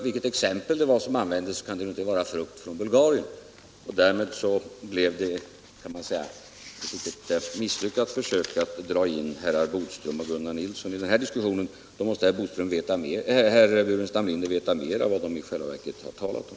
Vilket exempel man än tog till, kan det alltså inte ha varit frukt från Bulgarien. Därmed blev det här ett litet misslyckat försök att dra in herrar Bodström och Gunnar Nilsson i diskussionen. Herr Burenstam Linder måste nog veta mer om vad de i själva verket har talat om.